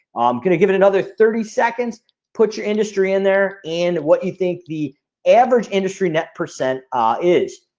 um can i give it another thirty seconds put your industry in there and what you think the average industry net percent ah is.